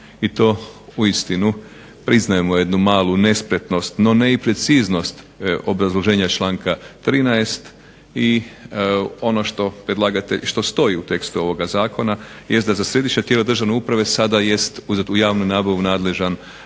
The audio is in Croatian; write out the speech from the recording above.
i to uistinu priznajemo jednu malu nespretnost no ne i preciznost obrazloženja članka 13.i ono što stoji u tekstu ovog zakona jest da za središnja tijela državne uprave sada jest za tu javnu nabavu nadležan